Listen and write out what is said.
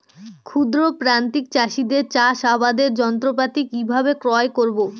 ক্ষুদ্র প্রান্তিক চাষীদের চাষাবাদের যন্ত্রপাতি কিভাবে ক্রয় করব?